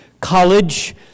college